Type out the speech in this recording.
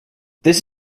this